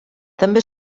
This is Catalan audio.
també